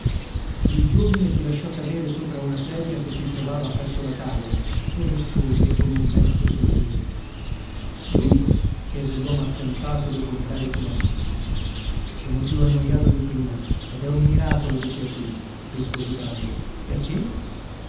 il giovine si lasciò cadere sopra una sedia che si trovava presso la tavola e rispose con un mesto sorriso dunque chiese l'uomo attempato dopo un breve silenzio sono più annoiato di prima ed è un miracolo che sia qui rispose brandok perché